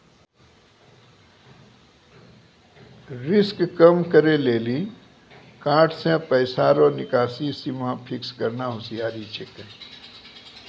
risk कम करै लेली कार्ड से पैसा रो निकासी सीमा फिक्स करना होसियारि छिकै